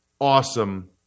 awesome